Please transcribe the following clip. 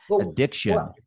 addiction